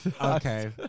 Okay